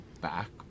back